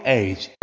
age